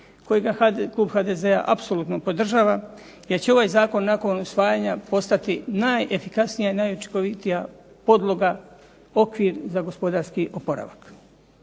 kojega klub HDZ-a apsolutno podržava, jer će ovaj zakon nakon usvajanja postati najefikasnija i najučinkovitija podloga, okvir za gospodarski oporavak.